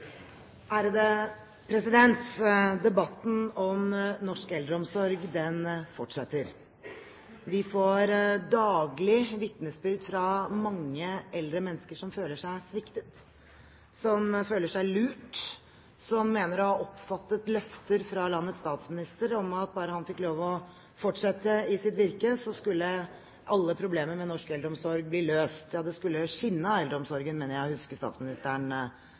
Debatten om norsk eldreomsorg fortsetter. Vi får daglig vitnesbyrd fra mange eldre mennesker som føler seg sviktet, som føler seg lurt, som mener å ha oppfattet løfter fra landets statsminister om at bare han fikk lov til å fortsette i sitt virke, så skulle alle problemer med norsk eldreomsorg bli løst – ja, det skulle skinne av eldreomsorgen, mener jeg å huske at statsministeren